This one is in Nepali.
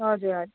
हजुर